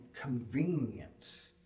convenience